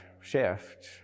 shift